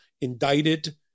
indicted